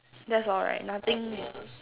that's all right nothing